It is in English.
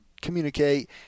communicate